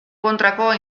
kontrako